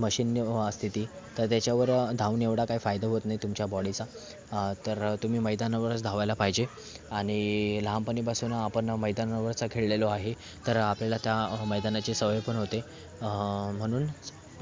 machine असते ती तर त्याच्यावर धावून एवढा काही फायदा होत नाही तुमच्या बॉडीचा तर तुम्ही मैदानावरच धावायला पाहिजे आणि लहानपणापासून आपण मैदानावरच खेळलेलो आहे तर आपल्याला त्या मैदानाची सवय पण होते म्हणून